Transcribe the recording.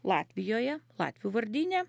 latvijoje latvių vardyne